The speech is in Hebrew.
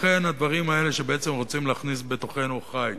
לכן הדברים האלה, שבעצם רוצים להכניס בתוכנו חיץ,